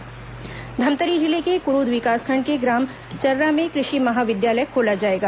कृषि महाविद्यालय धमतरी जिले के कुरूद विकासखंड के ग्राम चर्रा में कृषि महाविद्यालय खोला जाएगा